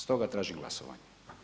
Stoga tražim glasovanje.